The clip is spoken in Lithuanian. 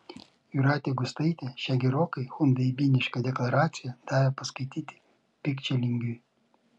jūratė gustaitė šią gerokai chunveibinišką deklaraciją davė paskaityti pikčilingiui